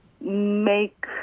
make